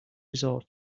resort